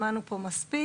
שמענו פה מספיק.